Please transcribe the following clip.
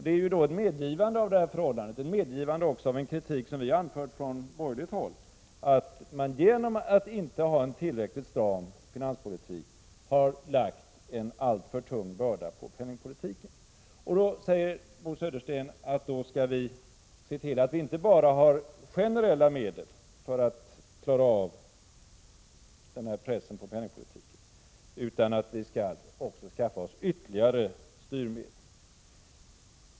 Det är ju ett medgivande av det här förhållandet, ett medgivande också av en kritik som vi har framfört från borgerligt håll, att man genom att inte ha en tillräckligt stram finanspolitik har lagt en alltför tung börda på penningpolitiken. Bo Södersten säger att vi då skall se till att vi inte bara har generella medel för att klara av den här pressen på penningpolitiken, utan vi skall också skaffa oss ytterligare styrmedel.